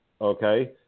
Okay